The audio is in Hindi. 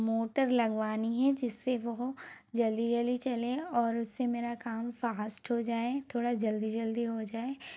मोटर लगवानी है जिससे वो जल्दी जल्दी चले और उससे मेरा काम फास्ट हो जाए थोड़ा जल्दी जल्दी हो जाए